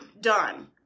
done